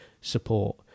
support